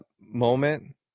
moment